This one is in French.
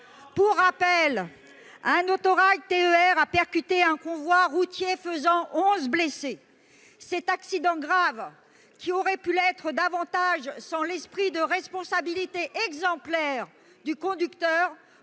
Pour rappel, un autorail TER a percuté un convoi routier, faisant onze blessés. Cet accident grave, et qui aurait pu l'être davantage encore sans l'esprit de responsabilité exemplaire du conducteur,